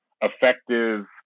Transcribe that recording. effective